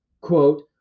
quote